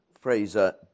Fraser